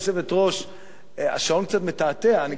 השעון קצת מתעתע, אני כבר לא הבנתי איפה אני נמצא.